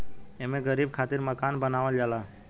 एमे गरीब खातिर मकान बनावल जाला